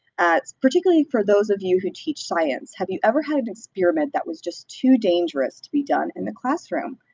particularly for those of you who teach science have you ever had an experiment that was just too dangerous to be done in the classroom?